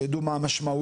שידעו מה המשמעויות,